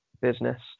business